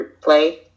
play